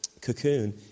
cocoon